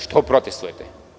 Što protestujete?